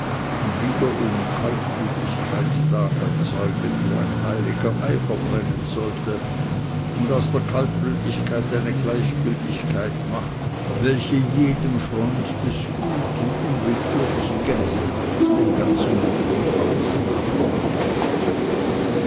und wiederum kaltblütigkeit da erzeuget wo heiliger eifer brennen sollte und aus der kaltblütigkeit eine gleichgültigkeit macht welche jedem freund des guten unwillkürlich gänsehaut den ganzen rücken aufschnadern läßt